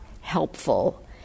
helpful